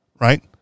right